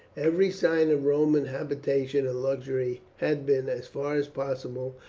every sign of roman habitation and luxury had been, as far as possible,